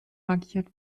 markiert